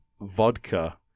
vodka